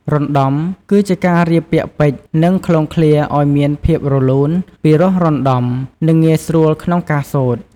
រណ្តំ គឺជាការរៀបពាក្យពេចន៍ និងឃ្លាឃ្លោងឱ្យមានភាពរលូន ពីរោះរណ្ដំ និងងាយស្រួលក្នុងការសូត្រ។